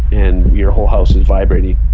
and your whole house is vibrating.